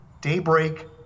Daybreak